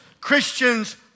Christians